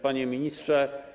Panie Ministrze!